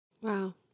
Wow